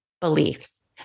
beliefs